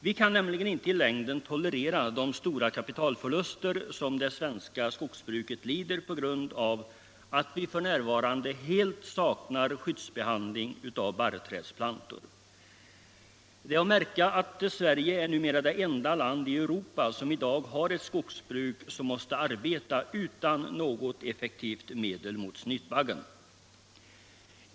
Vi kan nämligen inte i längden tolerera de stora kapitalförluster som det svenska skogsbruket lider på grund av att vi f.n. helt saknar skyddsbehandling av barrträdsplantor. Det är att märka att Sverige numera är det enda land i Europa som har ett skogsbruk som måste arbeta utan något effektivt medel mot snytbaggen.